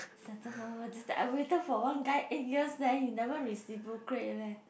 I waited for one guy eight years then he never reciprocate leh